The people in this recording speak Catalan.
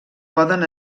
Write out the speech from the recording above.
poden